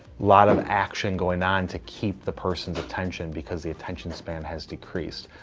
lot of action going on to keep the person's attention, because the attention span has decreased.